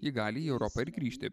ji gali į europą ir grįžti